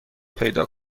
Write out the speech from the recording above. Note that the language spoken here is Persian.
پیدا